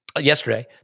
yesterday